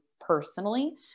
personally